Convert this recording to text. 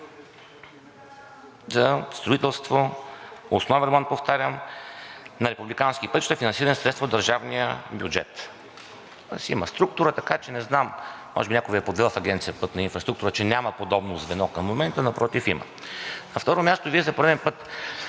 строителство – основен ремонт, повтарям, – на републикански пътища, финансира със средства от държавния бюджет. Има си структура, така че не знам – може би някой Ви е подвел в Агенция „Пътна инфраструктура“, че няма подобно звено към момента. Напротив, има! На трето място, Вие за пореден път